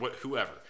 whoever